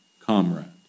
comrade